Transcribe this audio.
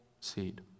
seed